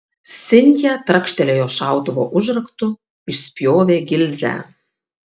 sintija trakštelėjo šautuvo užraktu išspjovė gilzę